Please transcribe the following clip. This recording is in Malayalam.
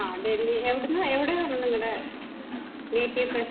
ആ ഡെല്ലി എവിടെനിന്ന് എവിടെയാണ് നിങ്ങളുടെ നേറ്റീവ് പ്ലേസ്